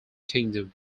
kingdom